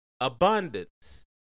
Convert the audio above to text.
Abundance